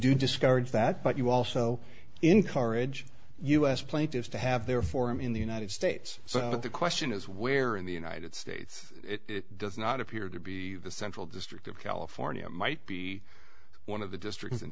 do discourage that but you also encourage us plaintiffs to have their forum in the united states so that the question is where in the united states it does not appear to be the central district of california might be one of the districts in